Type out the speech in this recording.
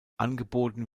angeboten